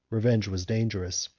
revenge was dangerous,